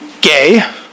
gay